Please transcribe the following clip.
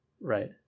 Right